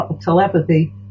telepathy